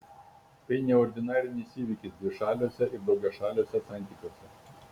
tai neordinarinis įvykis dvišaliuose ir daugiašaliuose santykiuose